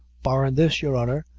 barrin' this, your honor,